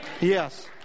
Yes